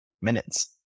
minutes